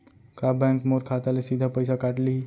का बैंक मोर खाता ले सीधा पइसा काट लिही?